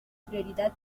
prioridad